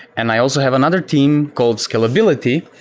and i also have another team called scalability,